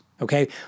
okay